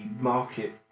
market